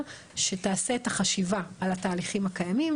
שתעשה את החשיבה על התהליכים הקיימים,